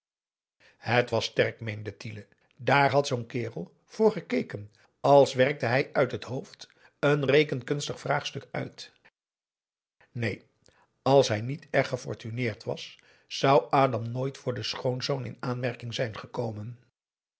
het was sterk meende tiele daar had zoo'n kerel voor gekeken als werkte hij uit het hoofd een rekenkunstig vraagstuk uit neen als hij niet erg gefortuneerd was zou adam nooit voor schoonzoon in aanmerking zijn gekomen